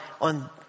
on